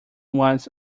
was